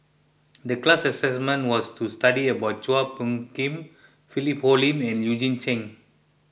the class assignment was to study about Chua Phung Kim Philip Hoalim and Eugene Chen